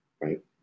right